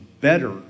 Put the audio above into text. better